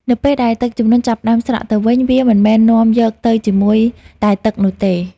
នៅពេលដែលទឹកជំនន់ចាប់ផ្ដើមស្រកទៅវិញ វាមិនមែននាំយកទៅជាមួយតែទឹកនោះទេ។